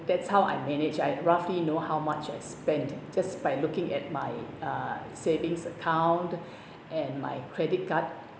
that's how I managed I roughly know how much I spent just by looking at my uh savings account and my credit card